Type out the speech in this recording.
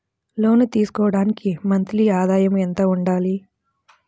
లోను తీసుకోవడానికి మంత్లీ ఆదాయము ఎంత ఉండాలి?